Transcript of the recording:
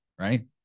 right